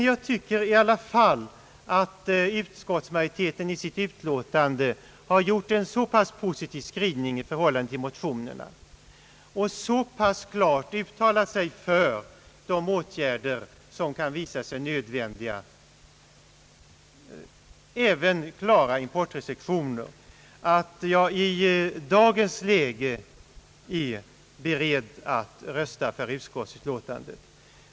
Jag tycker emellertid att utskottsmajoriteten i sitt utlåtande har gjort en så positiv skrivning i förhållande till motionerna och så pass klart uttalat sig för de åtgärder som kan visa sig nödvändiga — även klara importrestriktioner — att jag i dagens läge är beredd att rösta för utskottets förslag.